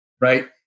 right